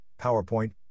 PowerPoint